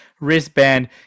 wristband